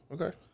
Okay